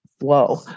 Whoa